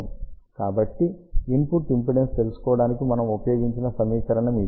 కాబట్టి input impedance తెలుసుకోవడానికి మనము ఉపయోగించిన సమీకరణం ఇది